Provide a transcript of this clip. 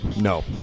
no